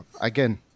again